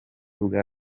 bwa